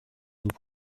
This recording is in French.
nous